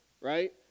right